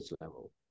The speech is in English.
level